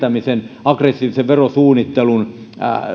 verovälttelyn veronkiertämisen ja aggressiivisen verosuunnittelun